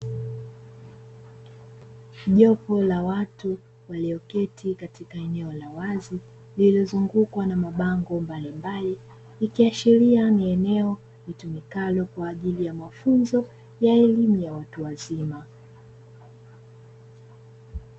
Jopo la watu walioketi katika eneo la wazi, lililozungukwa na mabango mbalimbali, ikiashiria ni eneo litumikalo kwa ajili ya mafunzo ya elimu ya watu wazima.